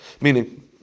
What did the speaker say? Meaning